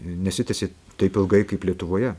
nesitęsė taip ilgai kaip lietuvoje